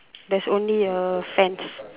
there's only a fence